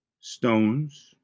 Stones